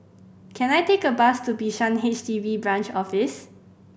can I take a bus to Bishan H D B Branch Office